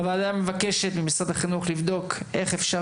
הוועדה מבקשת ממשרד החינוך לבדוק איך אפשר